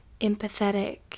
empathetic